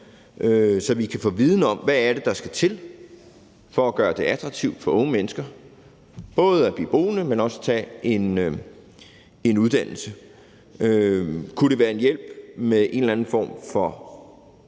så vi kan få viden om, hvad det er, der skal til for at gøre det attraktivt for unge mennesker både at blive boende, men også at tage en uddannelse. Der er i dag tilskud til transporten,